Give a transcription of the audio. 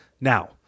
Now